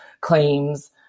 claims